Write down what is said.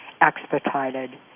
expedited